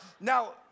now